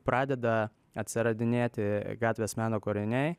pradeda atsiradinėti gatvės meno kūriniai